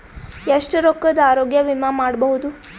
ಎಷ್ಟ ರೊಕ್ಕದ ಆರೋಗ್ಯ ವಿಮಾ ಮಾಡಬಹುದು?